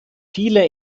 viele